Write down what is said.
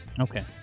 okay